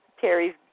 Terry's